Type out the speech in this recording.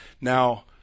Now